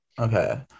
okay